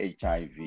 HIV